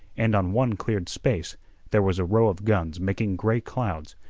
and on one cleared space there was a row of guns making gray clouds,